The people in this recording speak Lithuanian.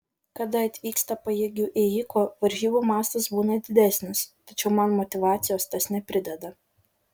kada atvyksta pajėgių ėjikų varžybų mastas būna didesnis tačiau man motyvacijos tas neprideda